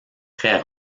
très